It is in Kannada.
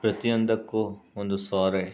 ಪ್ರತಿಯೊಂದಕ್ಕೂ ಒಂದು ಸೌದೆ